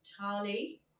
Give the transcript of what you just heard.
Tali